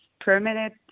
permanent